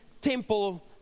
temple